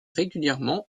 régulièrement